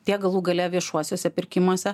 tiek galų gale viešuosiuose pirkimuose